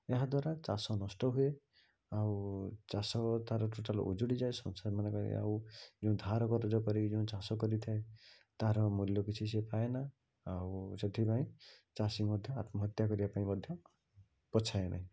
ଏହାଦ୍ୱାରା ଚାଷ ନଷ୍ଟ ହୁଅ ଆଉ ଚାଷ ତାର ଟୋଟାଲ ଉଜୁଡ଼ିଯାଏ ସଂସାରମାନଙ୍କରେ ଆଉ ଯେଉଁ ଧାର କରଜ କରିକି ଯେଉଁ ଚାଷ କରିଥାଏ ତାର ମୂଲ୍ୟ କିଛି ସେ ପାଏନା ଆଉ ସେଥିପାଇଁ ଚାଷୀ ମଧ୍ୟ ଆତ୍ମହତ୍ୟା କରିବା ପାଇଁ ମଧ୍ୟ ପଛାଏନାହିଁ